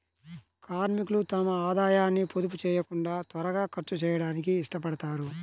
కార్మికులు తమ ఆదాయాన్ని పొదుపు చేయకుండా త్వరగా ఖర్చు చేయడానికి ఇష్టపడతారు